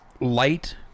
light